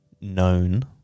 known